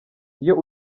iyo